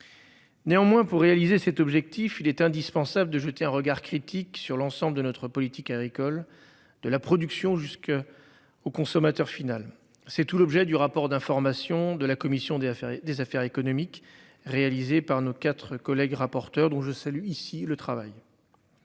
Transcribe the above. Néanmoins, pour réaliser cet objectif, il est indispensable de jeter un regard critique sur l'ensemble de notre politique agricole de la production jusqu'. Au consommateur final. C'est tout l'objet du rapport d'information de la commission des affaires des affaires économiques réalisés par nos quatre collègues rapporteurs dont je salue ici le travail.